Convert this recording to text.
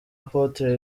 apotre